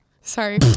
Sorry